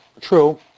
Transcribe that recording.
true